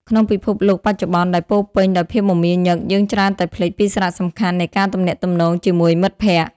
ក្នុងពិភពលោកបច្ចុប្បន្នដែលពោរពេញដោយភាពមមាញឹក យើងច្រើនតែភ្លេចពីសារៈសំខាន់នៃការទំនាក់ទំនងជាមួយមិត្តភក្តិ។